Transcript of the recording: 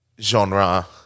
genre